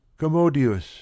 commodius